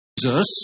Jesus